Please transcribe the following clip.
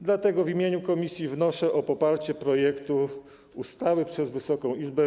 Dlatego w imieniu komisji wnoszę o poparcie projektu ustawy przez Wysoką Izbę.